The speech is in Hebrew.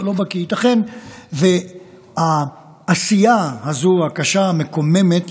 ייתכן שהעשייה הזו, הקשה, המקוממת,